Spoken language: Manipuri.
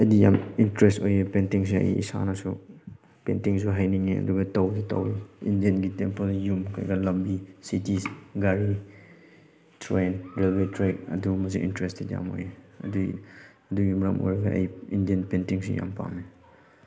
ꯑꯩꯗꯤ ꯌꯥꯝ ꯏꯟꯇꯔꯦꯁ ꯑꯣꯏꯌꯦ ꯄꯦꯟꯇꯤꯡꯁꯦ ꯑꯩ ꯏꯁꯥꯅꯁꯨ ꯄꯦꯟꯇꯤꯡꯁꯨ ꯍꯩꯅꯤꯡꯉꯦ ꯑꯗꯨꯒ ꯇꯧꯁꯨ ꯇꯧꯔꯤ ꯏꯟꯗꯤꯌꯥꯟꯒꯤ ꯇꯦꯝꯄꯜ ꯌꯨꯝ ꯀꯩꯀꯥ ꯂꯝꯕꯤ ꯁꯤꯇꯤꯁ ꯒꯥꯔꯤ ꯇ꯭ꯔꯦꯟ ꯔꯦꯜꯋꯦ ꯇ꯭ꯔꯦꯛ ꯑꯗꯨꯒꯨꯝꯕꯁꯦ ꯏꯟꯇꯔꯦꯁꯇꯦꯠ ꯌꯥꯝ ꯑꯣꯏꯌꯦ ꯑꯗꯨꯒꯤ ꯑꯗꯨꯒꯤ ꯃꯔꯝ ꯑꯣꯏꯔꯒ ꯑꯩ ꯏꯟꯗꯤꯌꯥꯟ ꯄꯦꯟꯇꯤꯡꯁꯤ ꯌꯥꯝ ꯄꯥꯝꯃꯤ